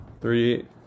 Three